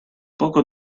poco